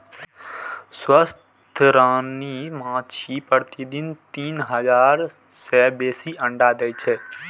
स्वस्थ रानी माछी प्रतिदिन तीन हजार सं बेसी अंडा दै छै